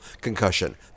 Concussion